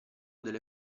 delle